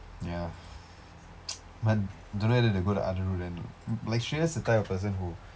ya but don't know whether they are going to I don't know them like shreyas is the kind of person who